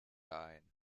ein